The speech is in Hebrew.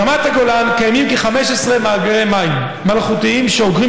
ברמת הגולן קיימים כ-15 מאגרי מים מלאכותיים שאוגרים